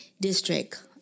district